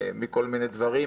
מכל מיני דברים,